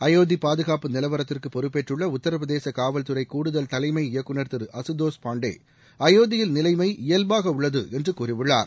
அயோத்தி பாதுகாப்பு நிலவரத்துக்கு பொறுப்பேற்றுள்ள உத்தரப்பிரதேச காவல்துறை கூடுதல் தலைமை இயக்குநர் திருஅகத்தோஸ் பாண்டே அயோத்தியில் நிலைமை இயல்பாக உள்ளது என்று கூறியுள்ளார்